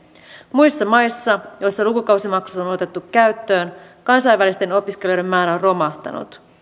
muissa maissa joissa lukukausimaksut on otettu käyttöön kansainvälisten opiskelijoiden määrä on romahtanut